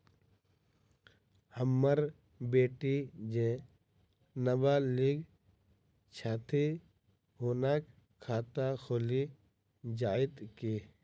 हम्मर बेटी जेँ नबालिग छथि हुनक खाता खुलि जाइत की?